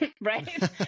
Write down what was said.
right